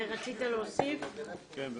הנה הוא אומר לך כן.